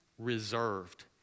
reserved